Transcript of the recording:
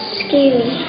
scary